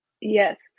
yes